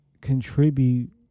contribute